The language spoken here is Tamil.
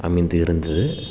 அமைந்து இருந்தது